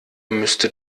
müsste